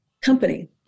company